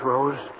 Rose